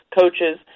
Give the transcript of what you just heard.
coaches